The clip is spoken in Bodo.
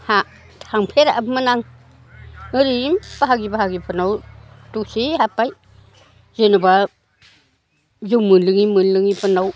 हा थांफेरामोन आं ओरैनो बाहागि बाहागिफोरानाव दसे हाबबाय जेनेबा जौ मोनलोङै मोनलोङैफोरनाव